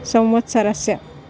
संवत्सरस्य